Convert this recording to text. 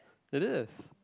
it is